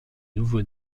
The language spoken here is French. nouveau